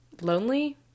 Lonely